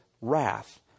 wrath